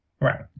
Right